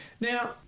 Now